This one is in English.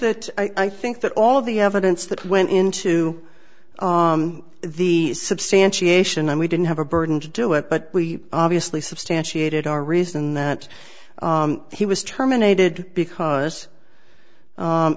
that i think that all of the evidence that went into the substantiation and we didn't have a burden to do it but we obviously substantiated our reason that he was terminated because